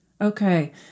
Okay